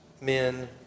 men